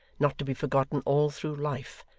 not to be forgotten all through life,